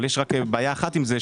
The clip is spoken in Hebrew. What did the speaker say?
אבל יש רק בעיה אחת עם זה,